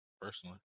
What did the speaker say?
personally